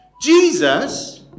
Jesus